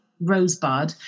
rosebud